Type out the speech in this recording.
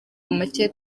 make